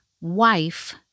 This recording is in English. wife